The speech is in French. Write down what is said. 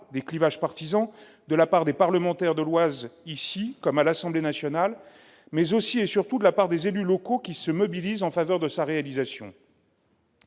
des clivages partisans, de la part des parlementaires de l'Oise, ici comme à l'Assemblée nationale, mais aussi et surtout de la part des élus locaux qui se mobilisent en faveur de sa réalisation.